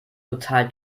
total